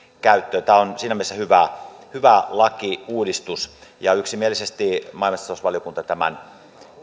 käyttöön tämä on siinä mielessä hyvä lakiuudistus yksimielisesti maa ja metsätalousvaliokunta tämän